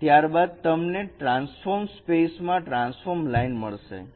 ત્યાર બાદ તમને ટ્રાન્સફોર્મ સ્પેસ માં ટ્રાન્સફોર્મ લાઈન મળશે